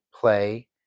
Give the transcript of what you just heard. play